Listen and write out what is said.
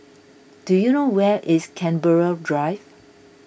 do you know where is Canberra Drive